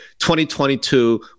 2022